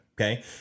Okay